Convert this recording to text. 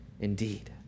indeed